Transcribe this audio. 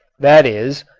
that is,